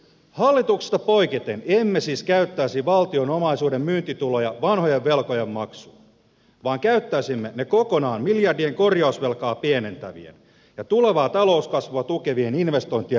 hallituksesta poiketen emme siis käyttäisi valtion omaisuuden myyntituloja vanhojen velkojen maksuun vaan käyttäisimme ne kokonaan miljardien korjausvelkaa pienentävien ja tulevaa talouskasvua tukevien investointien rahoittamiseksi